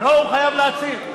לא, הוא חייב להציג.